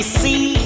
see